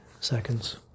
seconds